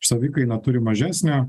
savikainą turi mažesnę